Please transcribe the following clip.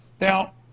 Now